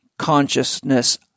consciousness